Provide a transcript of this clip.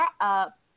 up